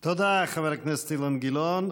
תודה, חבר הכנסת אילן גילאון.